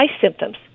symptoms